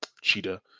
Cheetah